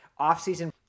offseason